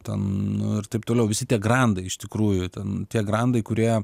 ten ir taip toliau visi tie grandai iš tikrųjų ten tie grandai kurie